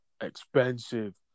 expensive